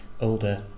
older